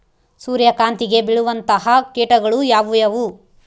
ಸೂರ್ಯಕಾಂತಿಗೆ ಬೇಳುವಂತಹ ಕೇಟಗಳು ಯಾವ್ಯಾವು?